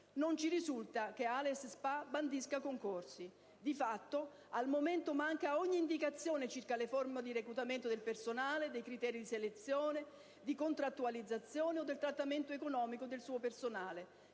Non ci risulta che ALES s.p.a. bandisca concorsi. Di fatto, al momento manca ogni indicazione circa le forme di reclutamento del personale, dei criteri di selezione, di contrattualizzazione o del trattamento economico del suo personale